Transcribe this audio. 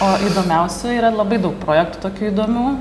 o įdomiausių yra labai daug projektų tokių įdomių